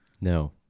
No